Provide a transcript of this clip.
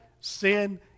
sin